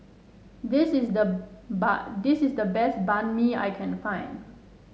this is the this is the best Banh Mi I can find